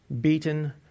beaten